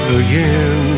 again